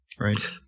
right